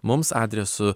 mums adresu